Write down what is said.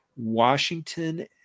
Washington